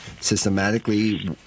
systematically